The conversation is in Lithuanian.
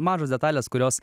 mažos detalės kurios